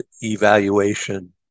evaluation